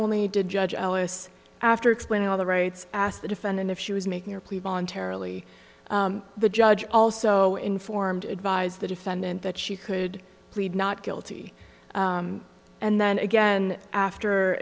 only did judge ellis after explaining all the rights asked the defendant if she was making a plea voluntarily the judge also informed advised the defendant that she could plead not guilty and then again after